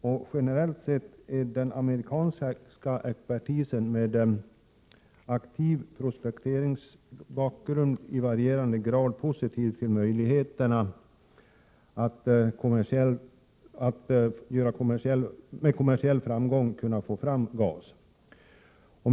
Generellt är den amerikanska expertisen, med aktiv prospekterings-bakgrund i varierande grad, positiv till möjligheterna att med kommersiell framgång kunna få fram gas.